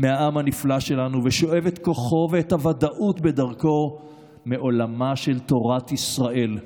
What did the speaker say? מהעם הנפלא שלנו ושואב את כוחו ואת הוודאות בדרכו מעולמה של תורת ישראל,